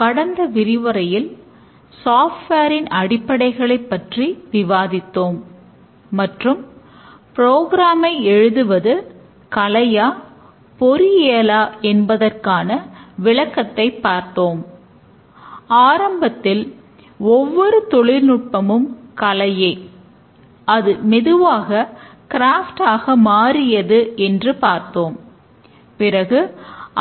கட்டமைக்கப்பட்ட பகுப்பாய்வு மற்றும் கட்டமைக்கப்பட்ட வடிவமைப்பு இந்த விரிவுரைக்கு